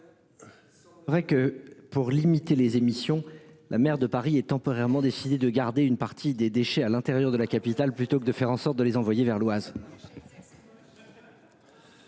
sont. Que pour limiter les émissions. La maire de Paris est temporairement décidé de garder une partie des déchets à l'intérieur de la capitale plutôt que de faire en sorte de les envoyer vers l'Oise.